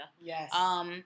Yes